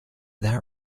that